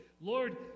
Lord